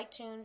iTunes